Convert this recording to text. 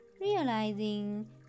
realizing